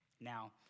Now